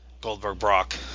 Goldberg-Brock